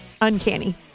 Uncanny